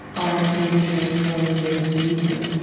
art is a transformative medium.